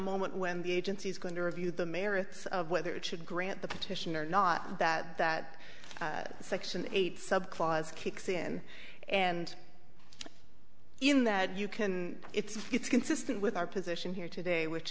moment when the agency's going to review the merits of whether it should grant the petition or not that that section eight subclause kicks in and in that you can it's it's consistent with our position here today which